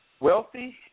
wealthy